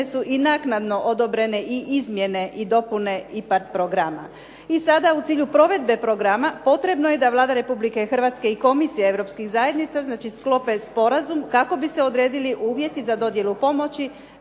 su i naknadno odobrene i izmjene i dopune IPARD programa. I sada u cilju provedbe programa potrebno je da Vlada Republike Hrvatske i komisija Europskih zajednica znači sklope sporazum kako bi se odredili uvjeti za dodjelu pomoći,